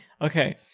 Okay